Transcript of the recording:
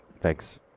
Thanks